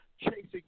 chasing